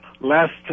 last